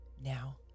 Now